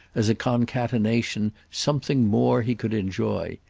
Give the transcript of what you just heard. as a concatenation, something more he could enjoy.